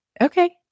Okay